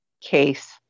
case